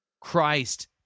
Christ